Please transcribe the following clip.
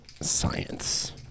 science